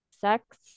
sex